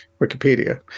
Wikipedia